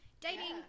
Dating